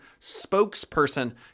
spokesperson